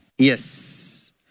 Yes